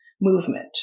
movement